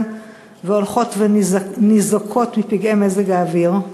והולכות וניזוקות מפגעי מזג האוויר,